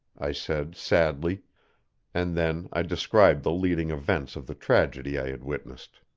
i said sadly and then i described the leading events of the tragedy i had witnessed.